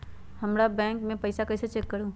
हमर बैंक में पईसा कईसे चेक करु?